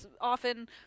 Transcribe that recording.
often